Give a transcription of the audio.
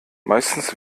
meistens